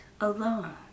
alone